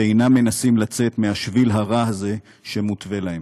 ואינם מנסים לצאת מהשביל הרע הזה, שמותווה להם.